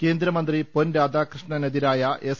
കേന്ദ്രമന്ത്രി പൊൻരാധാകൃഷ്ണനെതി രായ എസ്